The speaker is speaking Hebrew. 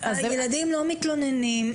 הילדים לא מתלוננים.